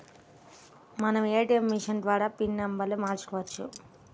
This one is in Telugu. మనం ఏటీయం మిషన్ ద్వారా పిన్ నెంబర్ను మార్చుకోవచ్చు